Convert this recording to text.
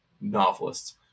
novelists